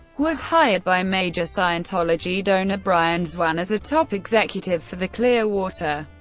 was hired by major scientology donor bryan zwan as a top executive for the clearwater,